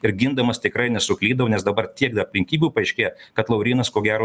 ir gindamas tikrai nesuklydau nes dabar tiek da aplinkybių paaiškėja kad laurynas ko gero